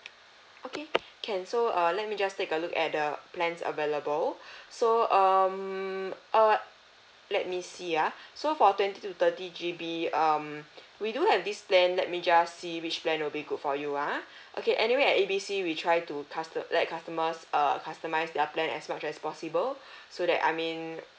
okay can so err let me just take a look at the plans available so um uh let me see ah so for twenty to thirty G_B um we do have this plan let me just see which plan will be good for you ah okay anyway at A B C we try to custo~ let customers err customise their plan as much as possible so that I mean